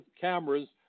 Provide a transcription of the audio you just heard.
cameras